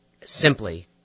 Simply